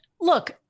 look